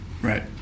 Right